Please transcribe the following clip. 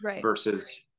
versus